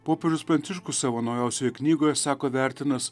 popiežius pranciškus savo naujausioje knygoje sako vertinąs